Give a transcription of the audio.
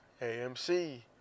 AMC